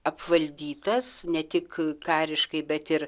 apvaldytas ne tik kariškai bet ir